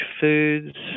foods